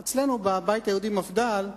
אצלנו, בבית היהודי, מפד"ל,